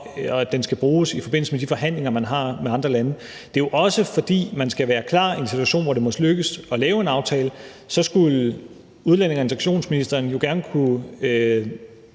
fordi den skal bruges i forbindelse med de forhandlinger, man har med andre lande. Det er jo også, fordi man skal være klar i en situation, hvor det må lykkes at lave en aftale – så skulle udlændinge- og integrationsministeren jo gerne kunne